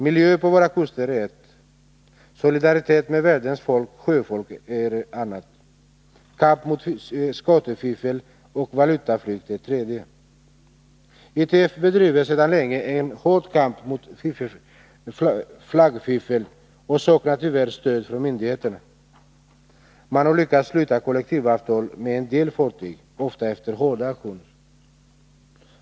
Miljön på våra kuster är ett, solidaritet med världens sjöfolk ett annat, kamp mot skattefiffel och valutaflykt ett tredje. ITF bedriver sedan länge en hård kamp mot flaggfifflet men saknar tyvärr stöd från myndigheterna. Man har lyckats sluta kollektivavtal med en del fartyg, ofta efter hårda aktioner.